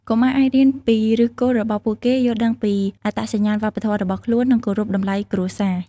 កុមារអាចរៀនពីឫសគល់របស់ពួកគេ យល់ដឹងពីអត្តសញ្ញាណវប្បធម៌របស់ខ្លួន និងគោរពតម្លៃគ្រួសារ។